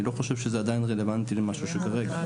אני לא חושב שזה עדיין רלוונטי למשהו שהוא כרגע.